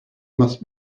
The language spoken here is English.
must